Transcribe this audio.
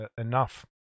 enough